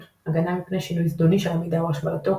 – הגנה מפני שינוי זדוני של המידע או השמדתו,